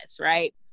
right